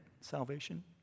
salvation